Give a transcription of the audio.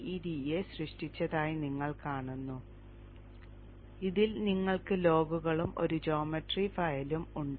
gEDA സൃഷ്ടിച്ചതായി നിങ്ങൾ കാണുന്നു ഇതിൽ നിങ്ങൾക്ക് ലോഗുകളും ഒരു ജ്യോമട്രി ഫയലും ഉണ്ട്